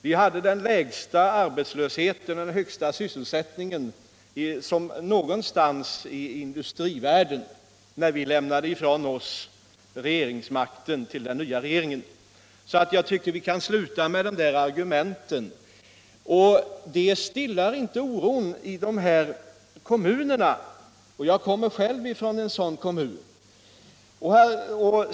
Vi hade den lägsta arbetslösheten och den högsta sysselsättningen i industrivärlden när vi lämnade ifrån oss regeringsmakten till den nya regeringen. Därför borde man sluta med det argumentet. Detta argumentationssätt stillar inte heller den oro som finns i de 63 berörda kommunerna. Jag kommer själv från en sådan kommun.